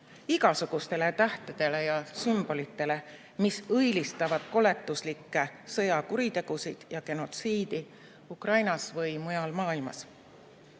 igasugustele tähtedele ja sümbolitele, mis õilistavad koletuslikke sõjakuritegusid ja genotsiidi Ukrainas või mujal maailmas.